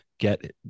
get